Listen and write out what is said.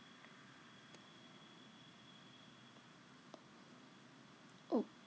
oh